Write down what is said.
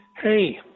hey